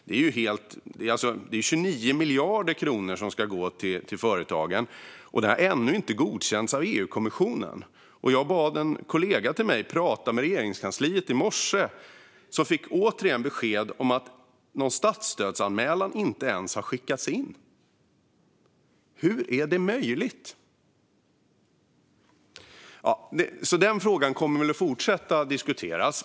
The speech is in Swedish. Det är 29 miljarder kronor som ska gå till företagen, och det har ännu inte godkänts av EU-kommissionen. Jag bad en kollega prata med Regeringskansliet i morse, som återigen fick besked om att någon statsstödsanmälan inte ens har skickats in. Hur är det möjligt? Den frågan kommer att fortsätta att diskuteras.